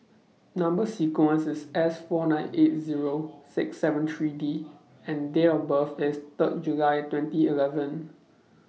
Number sequence IS S four nine eight Zero six seven three D and Date of birth IS Third July twenty eleven